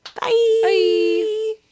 Bye